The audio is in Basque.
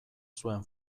zuen